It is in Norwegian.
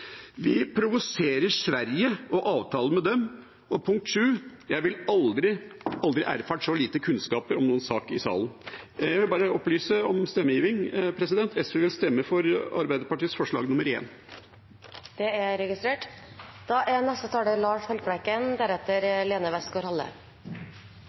Vi provoserer Sverige og avtalen med dem. Jeg har aldri erfart så lite kunnskap om noen sak i salen. Jeg vil til slutt opplyse om stemmegivningen. SV vil stemme for forslag